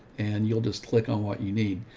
and you'll just click on what you need.